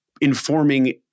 informing